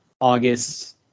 August